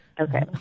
Okay